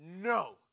No